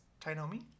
tainomi